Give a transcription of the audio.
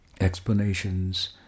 explanations